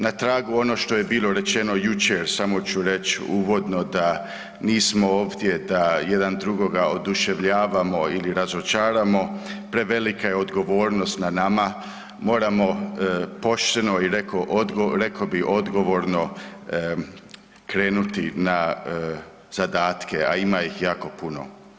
Na tragu onoga što je bilo rečeno jučer samo ću reći uvodno da nismo ovdje da jedan drugoga oduševljavamo ili razočaramo, prevelika je odgovornost na nama moramo pošteno i rekao bih odgovorno krenuti na zadatke, a ima ih jako puno.